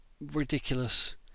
ridiculous